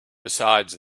besides